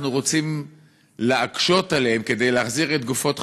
רוצים להקשות עליהם כדי להחזיר את גופות חללינו,